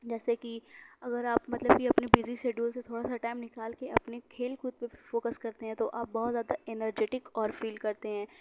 جیسے کہ اگر آپ مطلب کہ اپنے بزی شیڈیول سے تھوڑا سا ٹائم نکال کے اپنے کھیل کود پہ فوکس کرتے ہیں تو آپ بہت زیادہ انرجیٹک اور فِیل کرتے ہیں